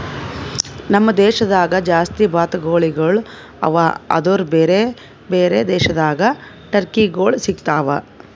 ನಮ್ ದೇಶದಾಗ್ ಜಾಸ್ತಿ ಬಾತುಕೋಳಿಗೊಳ್ ಅವಾ ಆದುರ್ ಬೇರೆ ಬೇರೆ ದೇಶದಾಗ್ ಟರ್ಕಿಗೊಳ್ ಸಿಗತಾವ್